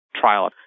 trial